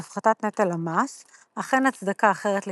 הפחתת נטל המס אך אין הצדקה אחרת לקיומה.